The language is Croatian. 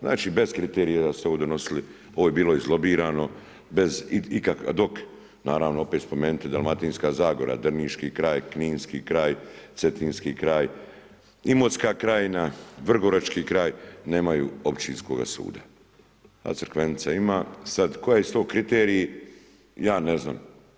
Znači bez kriterija ste ovo donosili, ovo je bilo izlobirano, bez, dok naravno, opet spomenuti Dalmatinska zagora, drniški kraj, kninski kraj, Cetinski kraj, Imotska krajnja, Vrgorački kraj, nemaju općinskoga suda, a Crikvenica ima, sada koji su to kriteriji, ja ne znam.